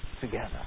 together